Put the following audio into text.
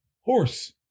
Horse